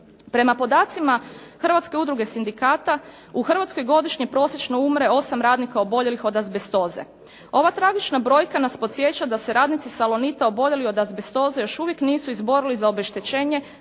Prema podacima Hrvatske udruge sindikata u Hrvatskoj godišnje prosječno umre 8 radnika oboljelih od azbestoze. Ova tragična brojka nas podsjeća da se radnici "Salonita" oboljeli od azbestoze još uvijek nisu izborili za obeštećenje